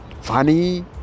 funny